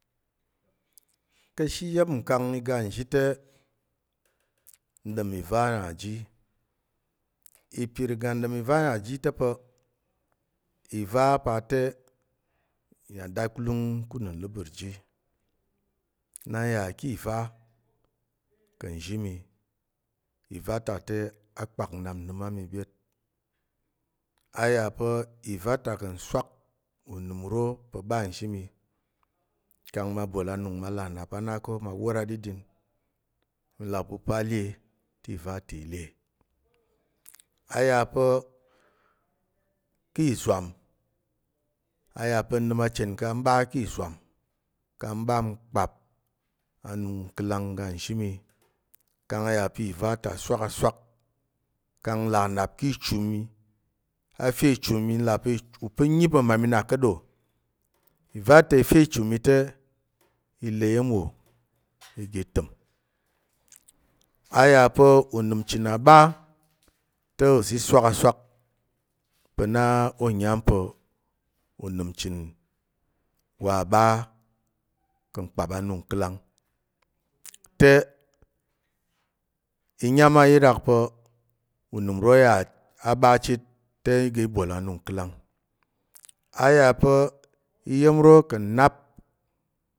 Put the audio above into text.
Ka̱she iya̱m nkang i ga nzhi te n ɗom ìva ya ji. Ipir iga nɗom ìva na ji ta̱ pa̱ ìva pa̱ te i yà datkulung ku unəmləbər ji. Na n yà ki ìva ka̱ nzhi mi, ìva ta te a kpak nnap nnəm a mi byet. A yà ìva ta ka̱ nswak unəm uro pa̱ nzhi miol anung ma là nnap a na ko n wor aɗiɗin n là pa̱ u pa a le te ìva ta i le. A yà pa̱ ki izwam, a yàpa̱ nnəm ka ngga mɓa ki izwam kang mɓa nkpap anung nkəlang ga nzhi mi kang ìva ta swak a swak kand nlà nnap ki ichu mi a fe ichu mi nlà pa̱ upən nyi pa̱ mmami na ka̱t ɗo. Ìva ta i fe ichu mi te i le iya̱m wo iga i təm. A yà pa̱ unəm chən a ɓa te uza̱ i swak aswak pa̱ na a nyám pa̱ unəm chən u wa ɓa ka̱ nkpap anung nkəlang. Te i nyám a yi rak pa̱ unəm uro wa a ɓa chit te igi bol anung nkəlang. A yà pa̱ iya̱m ro ka̱ nnap,